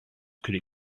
could